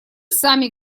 сами